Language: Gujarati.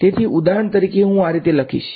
તેથી ઉદાહરણ તરીકેહું આ રીતે જઈશ